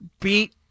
beat